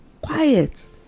quiet